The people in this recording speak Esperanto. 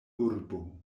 urbo